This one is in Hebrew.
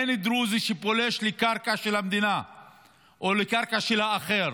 שאין דרוזי שפולש לקרקע של המדינה או לקרקע של האחר.